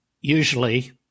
Usually